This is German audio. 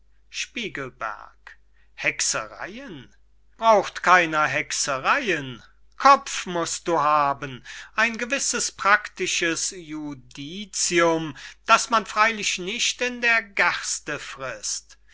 spiegelberg hexereyen braucht keiner hexereyen kopf mußt du haben ein gewisses praktisches judicium das man freilich nicht in der gerste frißt